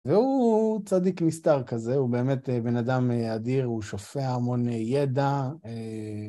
והוא צדיק נסתר כזה.הוא באמת בן אדם אדיר, הוא שופע המון ידע.